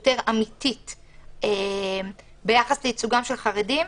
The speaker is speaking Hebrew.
יותר אמיתית ביחס לייצוגם של חרדים.